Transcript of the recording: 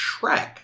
Shrek